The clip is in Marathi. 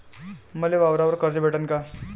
मले वावरावर कर्ज भेटन का?